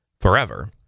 forever